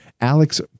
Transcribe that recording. Alex